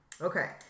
okay